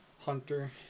Hunter